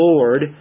Lord